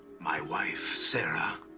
my wife sarah